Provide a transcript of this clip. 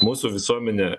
mūsų visuomenė